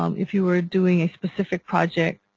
um if you were doing a specific project